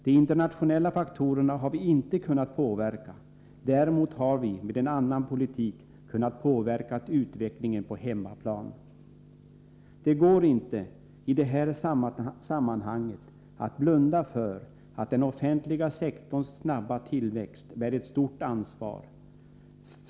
De internationella faktorerna har vi inte kunnat påverka, däremot hade vi med en annan politik kunnat påverka utvecklingen på hemmaplan. Det går inte, i det här sammanhanget, att blunda för att den offentliga sektorns snabba tillväxt bär ett stort ansvar.